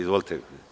Izvolite.